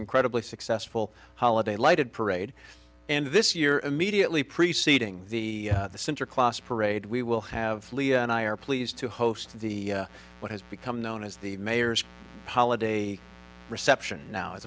incredibly successful holiday lighted parade and this year immediately preceding the center class parade we will have and i are pleased to host the what has become known as the mayor's holiday a reception now as